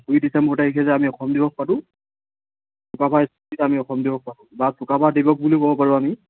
দুুই December তাৰিখে যে আমি অসম দিৱস পাতোঁ চুকাফাৰ স্মৃতিত আমি অসম দিৱস পাতোঁ বা চুকাফাৰ দিৱস বুলিও ক'ব পাৰোঁ আমি